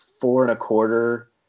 four-and-a-quarter